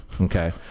Okay